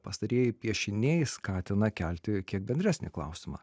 pastarieji piešiniai skatina kelti kiek bendresnį klausimą